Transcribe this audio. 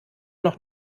noch